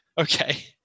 Okay